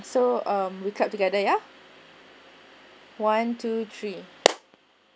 so um recap together ya one two three